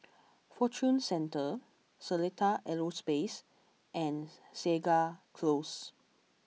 Fortune Centre Seletar Aerospace and Segar Close